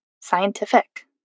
scientific